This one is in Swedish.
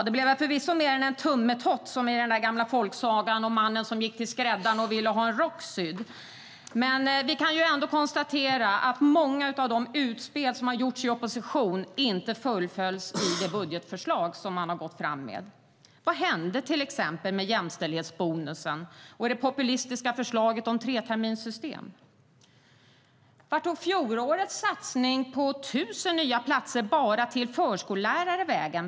Det blev förvisso mer än en tummetott, som i den där gamla folksagan om mannen som gick till skräddaren och ville ha en rock sydd. Men vi kan ändå konstatera att många av de utspel som har gjorts i opposition inte fullföljs i de budgetförslag som man har gått fram med. Vad hände till exempel med jämställdhetsbonusen och det populistiska förslaget om treterminssystem? Vart tog fjolårets satsning på 1 000 nya platser bara till förskolelärare vägen?